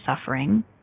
suffering